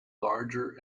larger